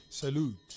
salute